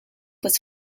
was